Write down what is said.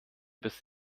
bis